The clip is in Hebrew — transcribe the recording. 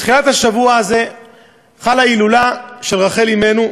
בתחילת השבוע הזה חלה הילולת רחל אמנו.